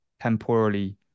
temporally